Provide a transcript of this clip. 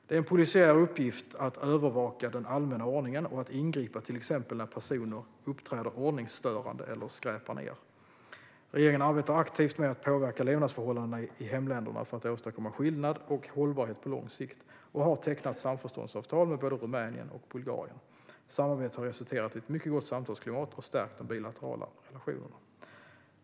Det är en polisiär uppgift att övervaka den allmänna ordningen och att ingripa till exempel när personer uppträder ordningsstörande eller skräpar ned. Regeringen arbetar aktivt med att påverka levnadsförhållandena i hemländerna för att åstadkomma skillnad och hållbarhet på lång sikt, och regeringen har tecknat samförståndsavtal med både Rumänien och Bulgarien. Samarbetet har resulterat i ett mycket gott samtalsklimat och har stärkt de bilaterala relationerna.